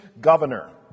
governor